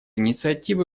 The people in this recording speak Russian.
инициативы